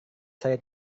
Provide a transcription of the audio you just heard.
saya